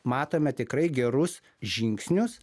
matome tikrai gerus žingsnius